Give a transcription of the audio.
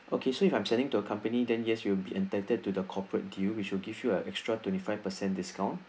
so okay if I'm sending to a company then yes you will be entitled to the corporate deal which will give you an extra twenty five percent discount